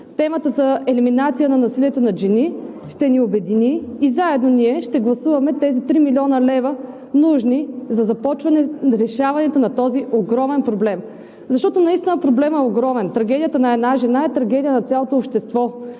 темата за елиминация на насилието над жени ще ни обедини и заедно ние ще гласуваме тези 3 млн. лв., нужни за започване решаването на този огромен проблем. Защото наистина проблемът е огромен, трагедията на една жена е трагедия на цялото общество.